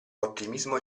ottimismo